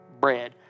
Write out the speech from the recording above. bread